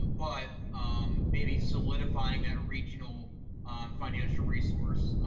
but um maybe solidify ing that regional financial resource.